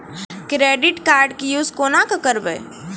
Credit card के use कोना के करबऽ?